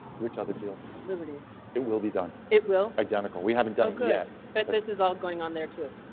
which other field liberty it will be done? it will identical. we haven't done yet, but this is all going on there too.